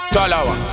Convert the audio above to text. Talawa